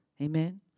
Amen